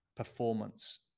performance